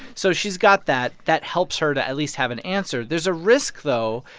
so she's got that. that helps her to at least have an answer there's a risk, though,